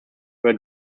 were